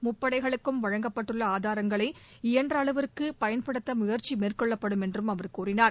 முப்படைகளுக்கும் வழங்கப்பட்டுள்ள ஆதாரங்களை இயன்றஅளவுக்குபயன்படுத்தமுயற்சிமேற்கொள்ளப்படும் என்றும் அவர் கூறினார்